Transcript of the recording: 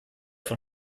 von